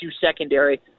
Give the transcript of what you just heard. secondary